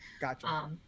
Gotcha